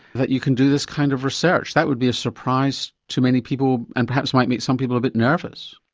that you can do this kind of research. that would be a surprise to many people and perhaps might make some people a bit nervous.